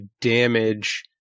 damage